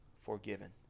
forgiven